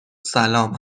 سلام